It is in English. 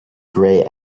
grey